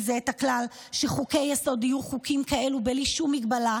זה את הכלל שחוקי-יסוד יהיו חוקים בלי שום מגבלה?